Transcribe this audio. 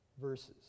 verses